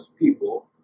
People